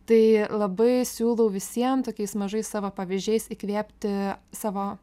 tai labai siūlau visiem tokiais mažais savo pavyzdžiais įkvėpti savo